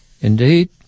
Indeed